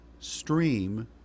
stream